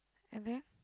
and then